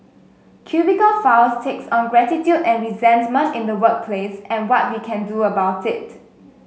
cubicle files takes on gratitude and resentment in the workplace and what we can do about it